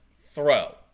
throw